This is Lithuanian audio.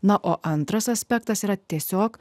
na o antras aspektas yra tiesiog